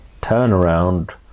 turnaround